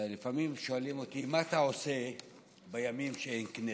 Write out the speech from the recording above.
לפעמים שואלים אותי: מה אתה עושה בימים שאין כנסת?